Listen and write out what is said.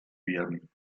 werden